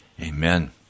Amen